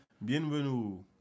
bienvenue